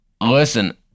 Listen